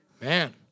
Man